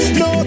no